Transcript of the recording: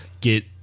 get